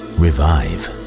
revive